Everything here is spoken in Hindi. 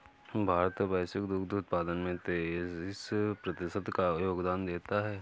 भारत वैश्विक दुग्ध उत्पादन में तेईस प्रतिशत का योगदान देता है